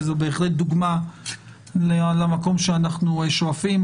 וזו בהחלט דוגמה למקום שאנחנו שואפים אליו.